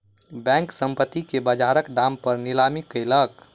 bank, संपत्ति के बजारक दाम पर नीलामी कयलक